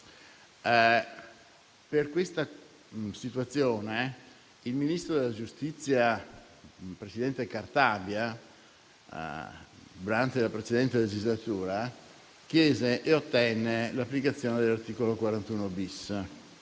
Per questa situazione il ministro della giustizia, presidente Cartabia, durante la precedente legislatura, chiese e ottenne l'applicazione dell'articolo 41-*bis*.